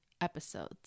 episodes